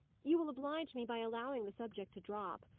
you will oblige me by allowing the subject to drop.